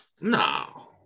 No